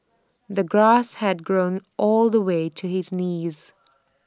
the grass had grown all the way to his knees